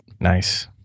Nice